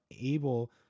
able